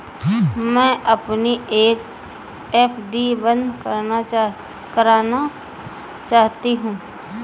मैं अपनी एफ.डी बंद करना चाहती हूँ